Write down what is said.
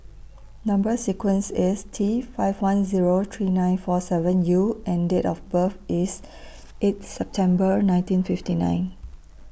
Number sequence IS T five one Zero three nine four seven U and Date of birth IS eighth September nineteen fifty nine